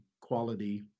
quality